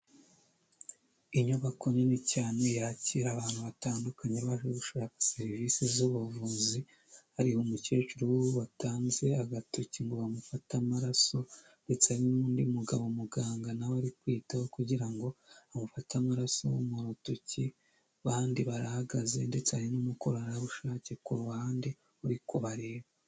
Inyubako nini cyane yakira abantu batandukanye baje gushaka serivisi zubuvuzi hari umukecuru yatanze agatoki ngo bamufate amaraso ndetse hari n'undi mugabo, muganga nawe ari kwitaho kugira ngo amufate amaraso mu rutoki abandi barahagaze ndetse hari n'umukorerabushake ku ruhande uri kubareba.